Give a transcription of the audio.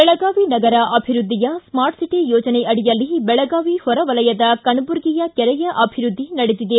ಬೆಳಗಾವಿ ನಗರ ಅಭಿವೃದ್ದಿಯ smart city ಯೋಜನೆ ಅಡಿಯಲ್ಲಿ ಬೆಳಗಾವಿ ಹೊರವಲಯದ ಕಣಬರ್ಗಿಯ ಕರೆಯ ಅಭಿವೃದ್ದಿ ನಡೆದಿದೆ